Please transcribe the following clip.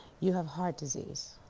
you have heart disease.